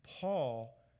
Paul